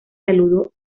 saludo